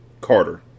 Carter